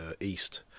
east